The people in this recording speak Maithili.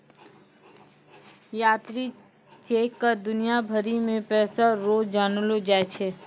यात्री चेक क दुनिया भरी मे पैसा रो जानलो जाय छै